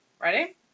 Ready